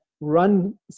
run